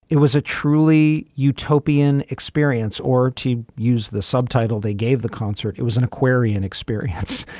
it was a truly utopian experience. or to use the subtitle they gave the concert. it was an aquarian experience.